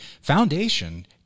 foundation